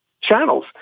channels